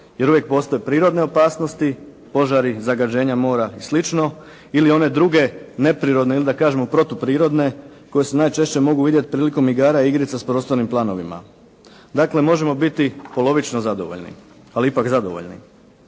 jer uvijek postoje prirodne opasnosti, požari, zagađenja mora i slično ili one druge neprirodne ili da kažemo protuprirodne koje se najčešće mogu vidjeti prilikom igara, igrica s prostornim planovima. Dakle, možemo biti polovično zadovoljni, ali ipak zadovoljni.